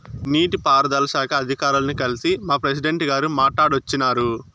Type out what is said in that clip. నీటి పారుదల శాఖ అధికారుల్ని కల్సి మా ప్రెసిడెంటు గారు మాట్టాడోచ్చినారు